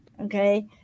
okay